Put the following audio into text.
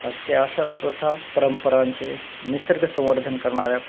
असते अशा प्रथा परंपरांचे निसर्ग संवर्धन करणाऱ्या